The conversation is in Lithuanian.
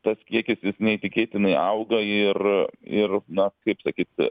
tas kiekis neįtikėtinai auga ir ir na kaip sakyt